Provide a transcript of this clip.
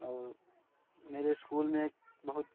और मेरे स्कूल में एक बहुत